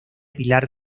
pilar